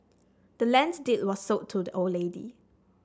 the land's deed was sold to the old lady